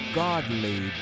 godly